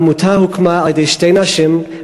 העמותה הוקמה על-ידי שתי נשים,